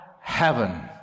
heaven